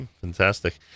Fantastic